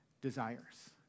desires